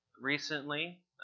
recently